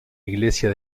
iglesia